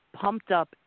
pumped-up